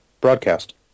broadcast